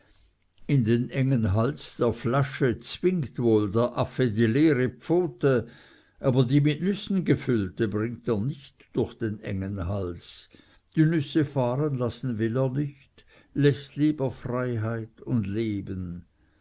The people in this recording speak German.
in den engen hals der flasche zwingt wohl der affe die leere pfote aber die mit nüssen gefüllte bringt er nicht durch den engen hals die nüsse fahren lassen will er nicht läßt lieber freiheit und leben